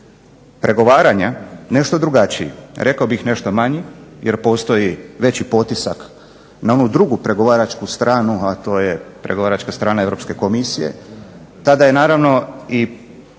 pregovaranja nešto drugačiji. Rekao bih nešto manji jer postoji veći potisak na onu drugu pregovaračku stranu, a to je pregovaračka strana Europske komisije, tada je naravno i